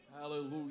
Hallelujah